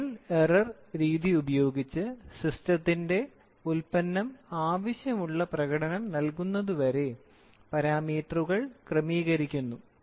trial error Trial Error രീതി ഉപയോഗിച്ച് സിസ്റ്റത്തിന്റെ ഉൽപ്പന്നം ആവശ്യമുള്ള പ്രകടനം നൽകുന്നതുവരെ പാരാമീറ്ററുകൾ ക്രമീകരിക്കുന്നു